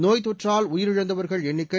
நோய்த் தொற்றால் உயிரிழந்தவர்கள் எண்ணிக்கை